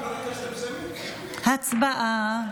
הצבעה.